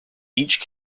each